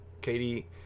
Katie